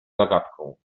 zagadką